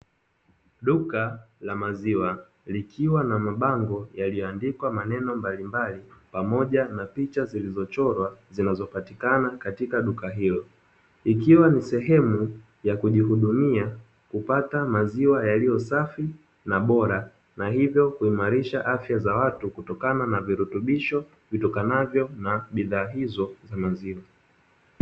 Duka la maziwa likiwa na mabango yaliyoandikwa maneno mbalimbali pamoja na picha zilizochorwa zinazopatikana katika duka hilo, ikiwa ni sehemu ya kujihudumia kupata maziwa yaliyosafi na bora na hivyo kuimarisha afya za watu kutokana na virutubisho vitokanavyo na bidhaa hizo za maziwa.